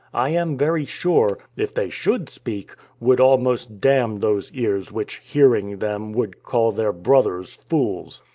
i am very sure, if they should speak, would almost damn those ears which, hearing them, would call their brothers fools.